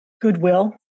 goodwill